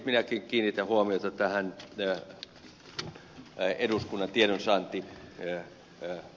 minäkin kiinnitän huomiota tähän eduskunnan tiedonsaantioikeuteen